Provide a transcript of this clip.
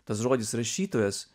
tas žodis rašytojas